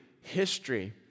history